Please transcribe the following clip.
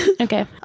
okay